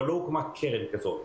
אבל לא הוקמה קרן כזאת.